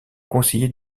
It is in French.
conseiller